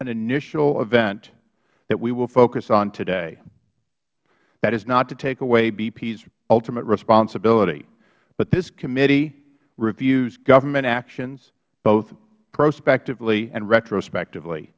an initial event that we will focus on today that is not to take away bp's ultimate responsibility but this committee reviews government actions both prospectively and retrospectively